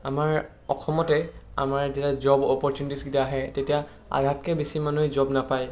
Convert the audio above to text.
আমাৰ অসমতে আমাৰ যেতিয়া জব অপ'ৰ্টুনিটিছকেইটা আহে তেতিয়া আধাতকৈ বেছি মানুহে জব নাপায়